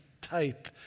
type